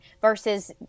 versus